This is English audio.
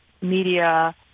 media